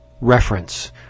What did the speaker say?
reference